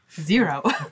zero